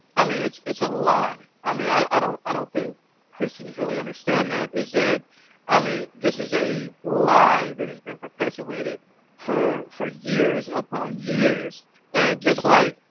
i mean, it's it's a lie i mean, i i don't i don't think christians really understand that is that i mean this is a lie that has been perpetuated for for years upon years and just like,